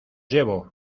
llevo